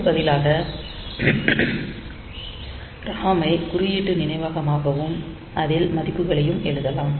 அதற்கு பதிலாக RAM ஐ குறியீட்டு நினைவகமாகவும் அதில் மதிப்புகளையும் எழுதலாம்